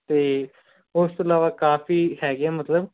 ਅਤੇ ਉਸ ਤੋਂ ਇਲਾਵਾ ਕਾਫ਼ੀ ਹੈਗੇ ਆ ਮਤਲਬ